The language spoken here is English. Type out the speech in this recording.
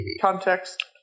Context